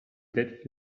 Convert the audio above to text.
that